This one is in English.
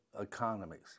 economies